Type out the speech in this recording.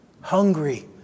hungry